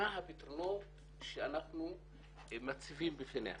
מה הפתרונות שאנחנו מציבים בפניה.